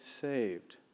saved